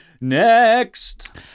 next